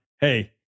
hey